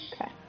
Okay